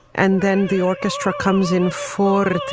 and then the orchestra comes in for two.